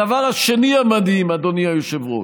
הדבר השני המדהים, אדוני היושב-ראש,